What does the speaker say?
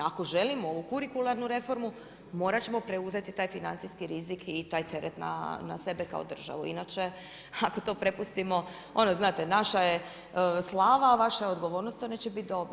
Ako želimo ovu kurikularnu reformu morat ćemo preuzeti taj financijski rizik i taj teret na sebe kao državu, inače ako to prepustimo ono znate naša je slava, vaša je je odgovornost to neće bit dobro.